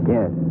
Yes